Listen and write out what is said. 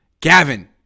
Gavin